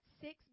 six